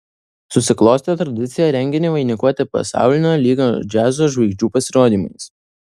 susiklostė tradicija renginį vainikuoti pasaulinio lygio džiazo žvaigždžių pasirodymais